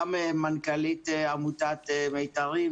גם מנכ"לית עמותת "מיתרים",